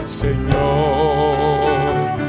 Señor